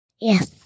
Yes